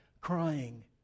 crying